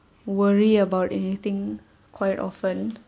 worry about anything quite often